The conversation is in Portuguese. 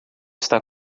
está